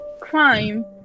crime